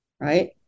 right